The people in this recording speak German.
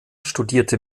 studierte